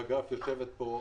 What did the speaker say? שיושבת פה,